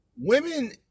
Women